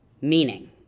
meaning